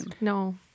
No